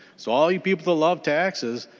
so all you people love taxes.